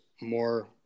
more